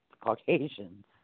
Caucasians